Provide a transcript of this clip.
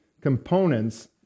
components